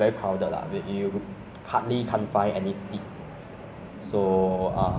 so but I don't really go there eat ah so I can't give my you know like any